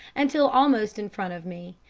until almost in front of me,